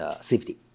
safety